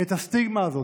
את הסטיגמה הזאת,